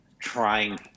trying